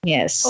Yes